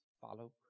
follow